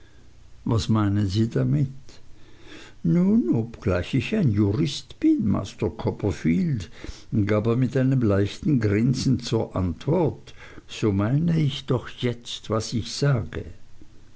was meinen sie damit nun obgleich ich ein jurist bin master copperfield gab er mit einem leichten grinsen zur antwort so meine ich doch jetzt was ich sage